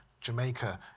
Jamaica